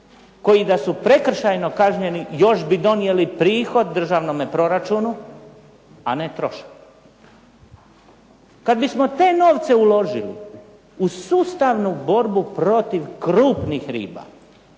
koji da su prekršajno kažnjeni još bi donijeli prihod državnome proračunu, a ne trošak. Kad bismo te novce uložili u sustavnu borbu protiv krupnih riba,